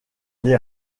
les